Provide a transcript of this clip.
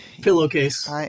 Pillowcase